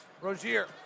Rozier